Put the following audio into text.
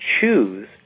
choose